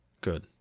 Good